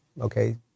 okay